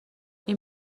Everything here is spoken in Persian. این